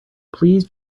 please